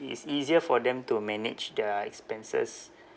it is easier for them to manage their expenses